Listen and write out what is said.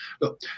look